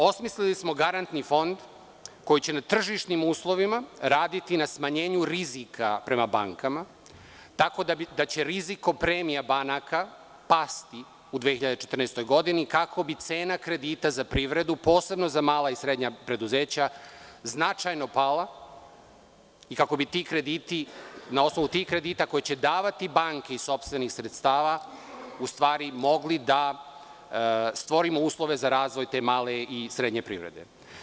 Osmislili smo garantni fond koji će na tržišnim uslovima raditi na smanjenju rizika prema bankama, tako da će rizikopremija banaka pasti u 2014. godini, kako bi cena kredita za privredu, posebno za mala i srednja preduzeća, značajno pala i kako bi ti krediti, na osnovu tih kredita koje će davati banke iz sopstvenih sredstava, u stvari mogli da stvorimo uslove za razvoj te male i srednje privrede.